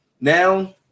Now